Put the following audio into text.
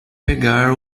pegar